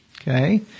okay